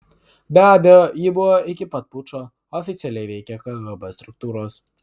be abejo ji buvo iki pat pučo oficialiai veikė kgb struktūros